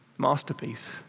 Masterpiece